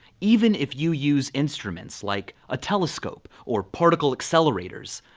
even if you use instruments, like a telescope or particle accelerators.